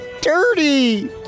Dirty